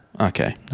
Okay